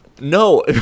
No